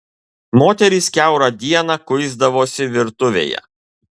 moterys kiaurą dieną kuisdavosi virtuvėje